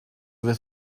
vais